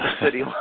city